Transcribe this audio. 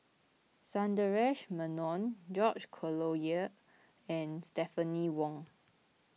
Sundaresh Menon George Collyer and Stephanie Wong